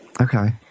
Okay